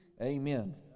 Amen